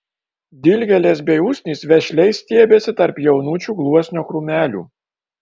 dilgėlės bei usnys vešliai stiebėsi tarp jaunučių gluosnio krūmelių